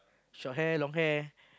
short hair long hair